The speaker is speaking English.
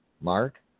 Mark